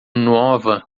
nova